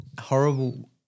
horrible